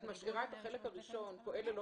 את משאירה את החלק הראשון פועל ללא